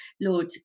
Lord